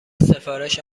سفارش